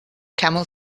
camel